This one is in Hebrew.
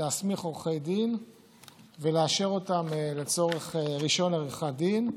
להסמיך עורכי דין ולאשר אותם לצורך רישיון עריכת דין,